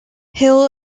hill